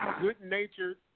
good-natured